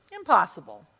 impossible